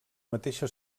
mateixa